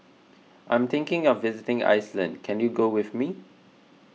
I am thinking of visiting Iceland can you go with me